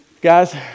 Guys